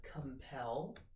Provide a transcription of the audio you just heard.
compel